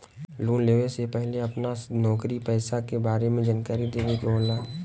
Loan लेवे से पहिले अपना नौकरी पेसा के बारे मे जानकारी देवे के होला?